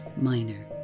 minor